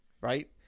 right